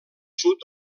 sud